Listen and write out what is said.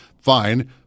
fine